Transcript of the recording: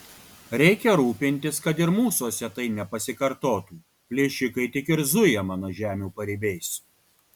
reikia rūpintis kad ir mūsuose tai nepasikartotų plėšikai tik ir zuja mano žemių paribiais